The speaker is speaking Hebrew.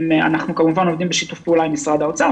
אנחנו כמובן עובדים בשיתוף פעולה יחד עם האוצר,